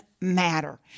matter